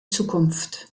zukunft